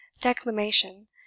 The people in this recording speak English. declamation